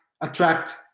attract